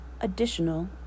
Additional